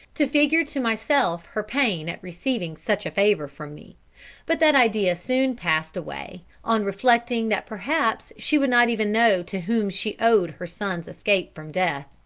to figure to myself her pain at receiving such a favour from me but that idea soon passed away, on reflecting that perhaps she would not even know to whom she owed her son's escape from death.